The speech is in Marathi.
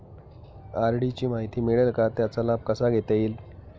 आर.डी ची माहिती मिळेल का, त्याचा लाभ कसा घेता येईल?